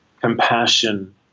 compassion